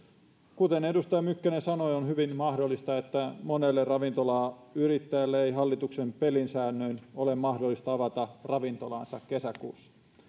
kuten edustaja mykkänen sanoi on hyvin mahdollista että monelle ravintolayrittäjälle ei hallituksen pelisäännöin ole mahdollista avata ravintolaa kesäkuussa